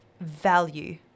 value